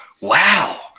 wow